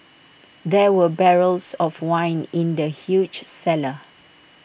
there were barrels of wine in the huge cellar